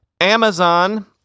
Amazon